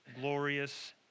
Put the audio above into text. glorious